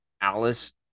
Alice